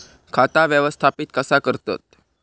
खाता व्यवस्थापित कसा करतत?